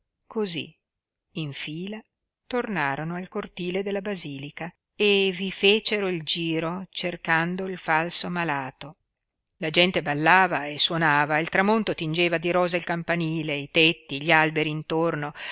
in fila tornarono al cortile della basilica e vi fecero il giro cercando il falso malato la gente ballava e suonava il tramonto tingeva di rosa il campanile i tetti gli alberi intorno